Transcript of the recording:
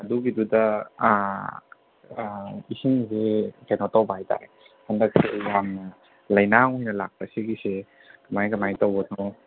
ꯑꯗꯨꯒꯤꯗꯨꯗ ꯑꯥ ꯑꯥ ꯏꯁꯤꯡꯁꯦ ꯀꯩꯅꯣ ꯇꯧꯕ ꯍꯥꯏꯇꯔꯦ ꯍꯟꯗꯛꯁꯦ ꯌꯥꯝꯅ ꯂꯩꯅꯥꯡ ꯑꯣꯏꯅ ꯂꯥꯛꯄ ꯁꯤꯒꯤꯁꯦ ꯀꯃꯥꯏꯅ ꯀꯃꯥꯏꯅ ꯇꯧꯕꯅꯣ